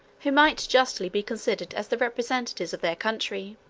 who might justly be considered as the representatives of their country.